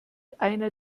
einer